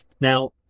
now